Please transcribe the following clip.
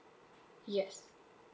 yes